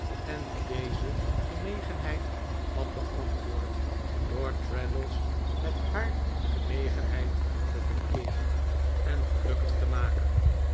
en die deze genegenheid had beantwoord door traddles met haar genegenheid te vereeren en gelukkig te maken